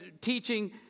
teaching